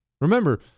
Remember